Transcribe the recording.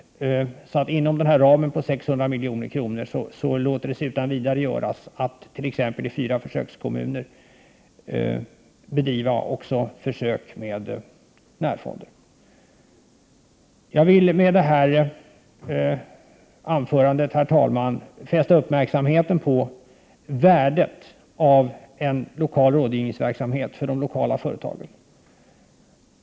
Inom den föreslagna ramen av 600 milj.kr. låter det sig utan vidare göras att t.ex. fyra försökskommuner även bedriver försök med närfonder. Herr talman! Jag vill med detta anförande fästa uppmärksamheten på värdet av en lokal rådgivningsverksamhet för de lokala företagen.